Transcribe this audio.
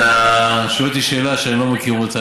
אתה שואל אותי שאלה שאני לא מכיר אותה,